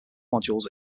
modules